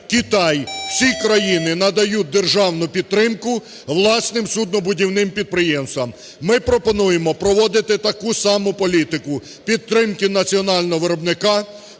Китай, - всі країни надають державну підтримку власним суднобудівним підприємствам. Ми пропонуємо проводити таку саму політику, підтримки національного виробника,